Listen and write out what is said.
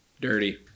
dirty